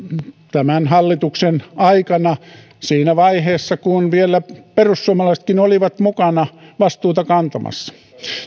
tämän hallituksen aikana siinä vaiheessa kun vielä perussuomalaisetkin olivat mukana vastuuta kantamassa